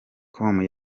com